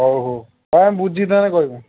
ହଉ ହଉ ଆମେ ବୁଝିକି ତା'ହେଲେ କହିବୁ